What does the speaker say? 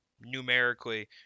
Numerically